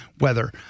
weather